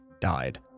died